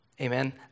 Amen